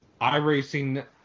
iRacing